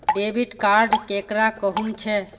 Debit card केकरा कहुम छे?